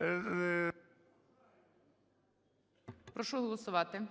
ГОЛОВУЮЧИЙ. Прошу голосувати.